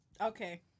Okay